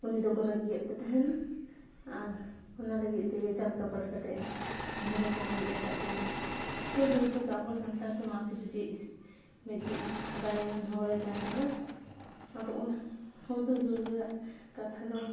ᱩᱱᱤ ᱫᱚᱠᱚ ᱨᱟᱹᱜᱤᱭᱟᱫᱮ ᱛᱟᱦᱮᱱᱟ ᱟᱨ ᱚᱱᱟ ᱞᱟᱹᱜᱤᱫ ᱛᱮᱜᱮ ᱪᱟᱞᱠᱟᱯᱟᱴ ᱠᱟᱛᱮ ᱩᱱᱤ ᱫᱚᱠᱚ ᱜᱚᱡ ᱟᱠᱟᱫᱮᱭᱟ ᱦᱩᱫᱩᱲ ᱫᱩᱨᱜᱟᱹ ᱫᱚ ᱟᱵᱚ ᱥᱟᱱᱛᱟᱲ ᱥᱚᱢᱟᱡᱽ ᱨᱮᱱᱤᱡ ᱢᱤᱫᱴᱤᱡ ᱫᱟᱲᱮᱭᱟᱱ ᱦᱚᱲᱮ ᱛᱟᱦᱮᱸ ᱞᱮᱱᱟ ᱟᱫᱚ ᱚᱱᱟ ᱦᱩᱫᱩᱲ ᱫᱩᱨᱜᱟᱹᱣᱟᱜ ᱠᱟᱛᱷᱟ ᱫᱚ